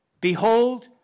Behold